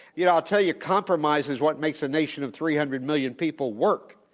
you know, i'll tell you, compromise is what makes a nation of three hundred million people work.